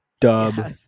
Dub